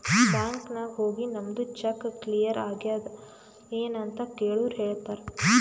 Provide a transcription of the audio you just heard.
bank ನಾಗ್ ಹೋಗಿ ನಮ್ದು ಚೆಕ್ ಕ್ಲಿಯರ್ ಆಗ್ಯಾದ್ ಎನ್ ಅಂತ್ ಕೆಳುರ್ ಹೇಳ್ತಾರ್